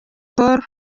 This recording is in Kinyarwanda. paul